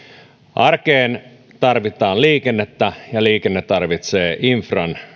arkeen tarvitaan liikennettä ja liikenne tarvitsee infran